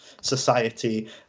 society